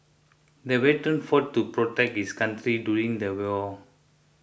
the veteran fought to protect his country during the war